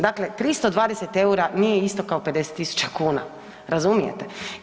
Dakle, 320 eura nije isto kao 50 000 kuna, razumijte.